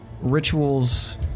rituals